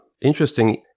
interesting